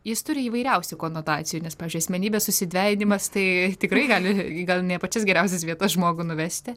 jis turi įvairiausių konotacijų nes pavyzdžiui asmenybės susidvejinimas tai tikrai gali gal ne į pačias geriausias vietas žmogų nuvesti